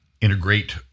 integrate